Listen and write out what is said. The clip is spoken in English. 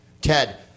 Ted